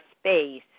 space